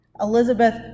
Elizabeth